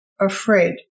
afraid